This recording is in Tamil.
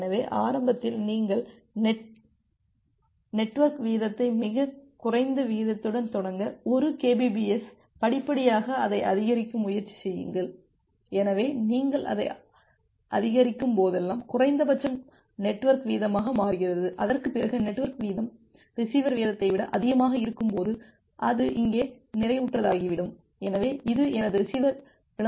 எனவே ஆரம்பத்தில் நீங்கள் நெட்வொர்க் வீதத்தை மிகக் குறைந்த விகிதத்துடன் தொடங்க 1kbps படிப்படியாக அதை அதிகரிக்க முயற்சி செய்யுங்கள் எனவே நீங்கள் அதை அதிகரிக்கும்போதெல்லாம் குறைந்தபட்சம் நெட்வொர்க் வீதமாக மாறுகிறது அதற்குப் பிறகு நெட்வொர்க் வீதம் ரிசீவர் வீதத்தை விட அதிகமாக இருக்கும்போது அது இங்கே நிறைவுற்றதாகிவிடும் எனவே இது எனது ரிசீவர் விளம்பரப்படுத்தப்பட்ட வீதமாகும்